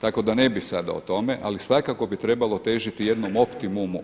tako da ne bih sada o tome, ali svakako bi trebalo težiti jednom optimumu.